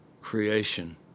creation